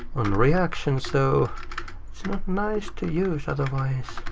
on reaction so it's not nice to use otherwise.